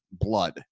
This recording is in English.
blood